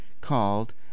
called